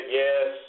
yes